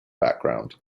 background